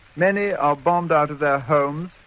many are bombed out of their homes,